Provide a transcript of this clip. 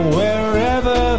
wherever